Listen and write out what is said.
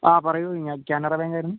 പറയു കാനറാ ബാങ്ക് ആയിരുന്നു